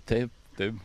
taip taip